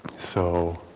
so